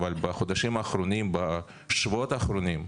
אבל בשבועות האחרונים,